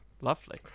Lovely